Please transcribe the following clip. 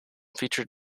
featured